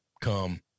come